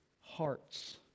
hearts